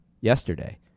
yesterday